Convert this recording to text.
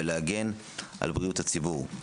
ולהגן על בריאות הציבור.